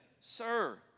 Sir